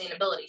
sustainability